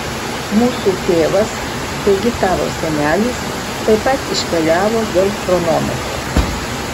mūsų tėvas taigi tavo senelis taip pat iškeliavo dėl chronometro